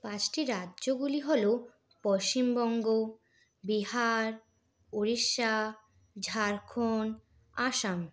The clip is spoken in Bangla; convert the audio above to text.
পাঁচটি রাজ্যগুলি হলো পশ্চিমবঙ্গ বিহার উড়িষ্যা ঝাড়খন্ড আসাম